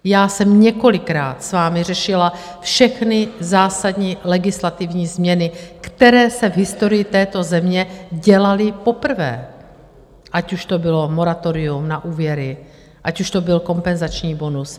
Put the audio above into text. Já jsem několikrát s vámi řešila všechny zásadní legislativní změny, které se v historii této země dělaly poprvé, ať už to bylo moratorium na úvěry, ať už to byl kompenzační bonus.